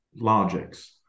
logics